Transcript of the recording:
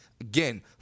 Again